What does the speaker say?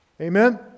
Amen